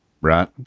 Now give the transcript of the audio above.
Right